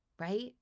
right